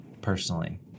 personally